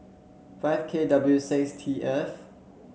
five K W six T F